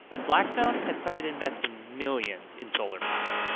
and blackstone has started investing millions in solar power.